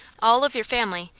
all of your family,